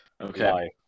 Okay